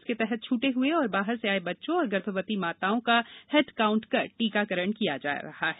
इसके तहत छूटे हुए और बाहर से आए बच्चों एवं गर्भवती माताओं का हेडकाउट कर टीकाकरण किया जा रहा है